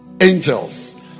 Angels